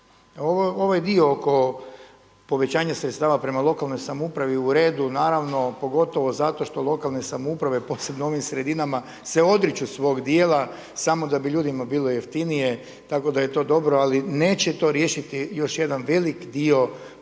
Ovaj dio oko povećanja sredstava prema lokalnoj samoupravi u redu naravno, pogotovo zato što lokalne samouprave posebno u onim sredinama se odriču svog dijela samo da bi ljudima bilo jeftinije tako da je to dobro. Ali neće to riješiti još jedan velik dio problema